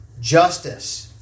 justice